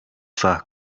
ise